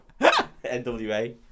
NWA